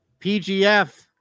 PGF